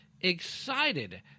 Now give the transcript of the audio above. excited